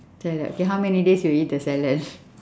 salad okay how many days you will eat the salad